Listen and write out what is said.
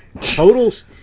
totals